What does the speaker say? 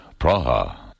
Praha